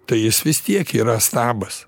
tai jis vis tiek yra stabas